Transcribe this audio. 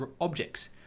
objects